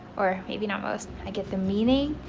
or maybe not most. i get the meaning,